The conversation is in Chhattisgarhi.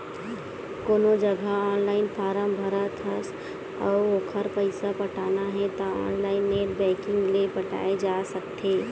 कोनो जघा ऑनलाइन फारम भरत हस अउ ओखर पइसा पटाना हे त ऑनलाइन नेट बैंकिंग ले पटाए जा सकत हे